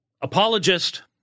apologist